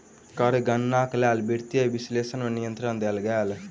कर गणनाक लेल वित्तीय विशेषज्ञ के निमंत्रण देल गेल